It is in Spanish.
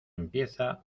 empieza